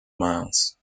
miles